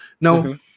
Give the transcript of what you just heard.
No